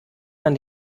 man